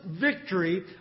victory